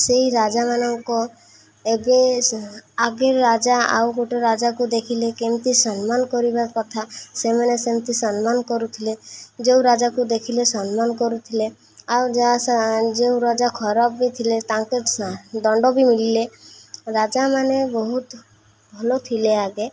ସେଇ ରାଜାମାନଙ୍କ ଏବେ ଆଗେ ରାଜା ଆଉ ଗୋଟେ ରାଜାକୁ ଦେଖିଲେ କେମିତି ସମ୍ମାନ କରିବା କଥା ସେମାନେ ସେମିତି ସମ୍ମାନ କରୁଥିଲେ ଯେଉଁ ରାଜାକୁ ଦେଖିଲେ ସମ୍ମାନ କରୁଥିଲେ ଆଉ ଯେଉଁ ରାଜା ଖରାପ ବି ଥିଲେ ତାଙ୍କ ଦଣ୍ଡ ବି ମିଳିଲେ ରାଜାମାନେ ବହୁତ ଭଲ ଥିଲେ ଆଗେ